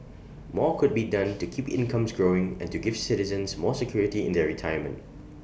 more could be done to keep incomes growing and to give citizens more security in their retirement